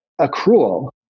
accrual